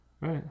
right